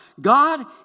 God